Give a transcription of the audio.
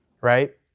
right